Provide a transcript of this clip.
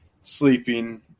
sleeping